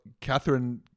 Catherine